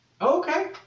Okay